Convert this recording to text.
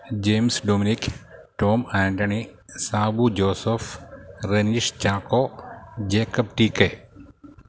James Dominic Tom Antony Sabu Joseph Reneesh Chacko Jacob T K